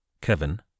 Kevin